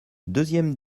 deuxième